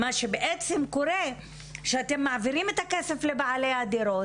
מה שבעצם קורה הוא שאתם מעבירים את הכסף לבעלי הדירות,